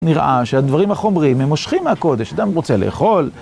נראה שהדברים החומריים הם מושכים מהקודש, אדם רוצה לאכול.